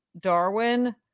darwin